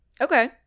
Okay